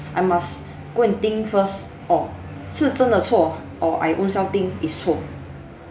I must go and think first orh 是真的错 or I ownself think is 错